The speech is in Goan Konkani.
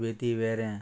बेती वेऱ्या